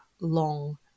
long